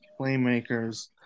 playmakers